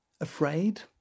Afraid